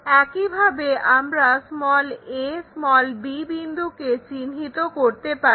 একইভাবে আমরা a b বিন্দুকে চিহ্নিত করতে পারি